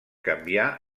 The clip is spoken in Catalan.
canviar